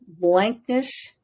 Blankness